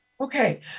Okay